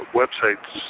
websites